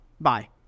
Bye